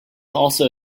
also